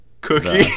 Cookie